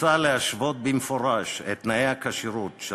מוצע להשוות במפורש את תנאי הכשירות של